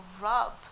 rub